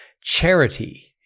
Charity